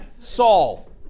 Saul